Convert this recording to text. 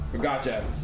Gotcha